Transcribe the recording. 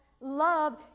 love